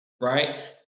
right